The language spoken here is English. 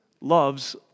loves